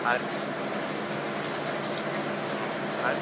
আর হুম আর